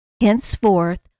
Henceforth